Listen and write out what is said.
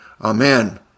Amen